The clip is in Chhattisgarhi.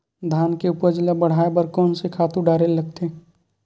धान के उपज ल बढ़ाये बर कोन से खातु डारेल लगथे?